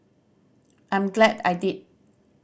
I'm glad I did